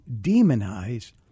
demonize